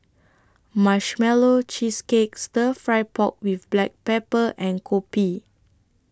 Marshmallow Cheesecake Stir Fry Pork with Black Pepper and Kopi